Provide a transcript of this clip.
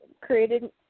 created